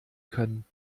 können